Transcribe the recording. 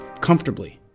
comfortably